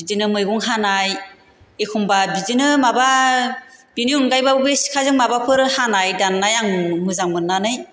बिदिनो मैगं हानाय एखम्बा बिदिनो माबा बिनि अनगायैबो अबे सिखाजों माबाफोर हानाय दान्नाय आं मोजां मोन्नानै